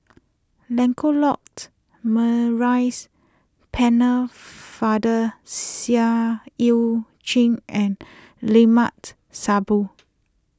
Lancelot Maurice Pennefather Seah Eu Chin and Limat Sabtu